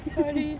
sorry